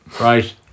Right